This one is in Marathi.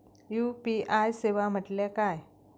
यू.पी.आय सेवा म्हटल्या काय?